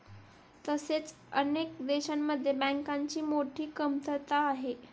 तसेच अनेक देशांमध्ये बँकांची मोठी कमतरता आहे